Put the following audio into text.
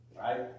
right